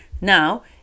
now